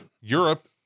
Europe